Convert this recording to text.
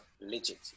legit